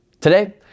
Today